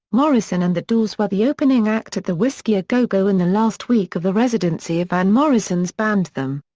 morrison and the doors were the opening act at the whisky a go go in last week of the residency of van morrison's band them.